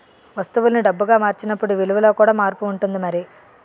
వస్తువుల్ని డబ్బుగా మార్చినప్పుడు విలువలో కూడా మార్పు ఉంటుంది మరి